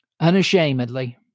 unashamedly